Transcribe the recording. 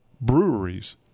breweries